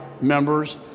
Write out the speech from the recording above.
members